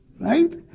Right